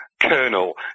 Colonel